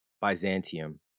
Byzantium